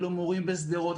אלה מורים בשדרות.